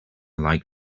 like